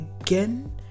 again